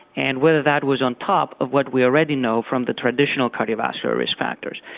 and whether that was on top of what we already know from the traditional cardiovascular risk factors.